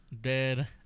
dead